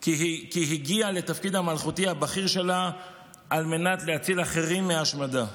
כי הגיעה לתפקיד המלכותי הבכיר שלה על מנת להציל אחרים מהשמדה.